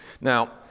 Now